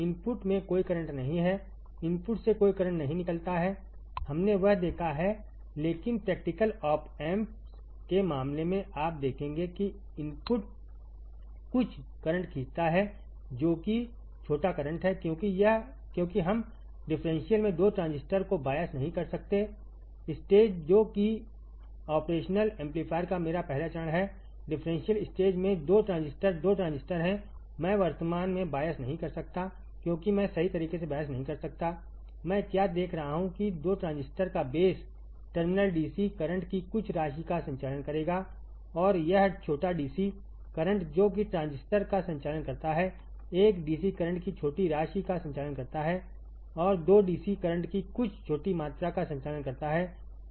input में कोई current नहीं है इनपुट से कोई करंट नहीं निकलता है हमने वह देखा है लेकिन प्रैक्टिकल ऑप एम्प्स के मामले में आप देखेंगे कि इनपुट कुछ करंट खींचता है जो कि छोटा करंट है क्योंकि हम डिफरेंशियल में 2 ट्रांजिस्टर को बायस नहीं कर सकते हैं स्टेज जो कि ऑपरेशनल एम्पलीफायर का मेरा पहला चरण है डिफरेंशियल स्टेज में 2 ट्रांजिस्टर 2 ट्रांजिस्टर हैं मैं वर्तमान में बायस नहीं कर सकता क्योंकि मैं सही तरीके से बायस नहीं कर सकता मैं क्या देख रहा हूं कि 2 ट्रांजिस्टर का बेस टर्मिनल डीसी करंट की कुछ राशि का संचालन करेगा और यह छोटा डीसी करंट जो कि ट्रांजिस्टर का संचालन करता है एक डीसी करंट की छोटी राशि का संचालन करता है और 2 डीसी करंट की कुछ छोटी मात्रा का संचालन करता है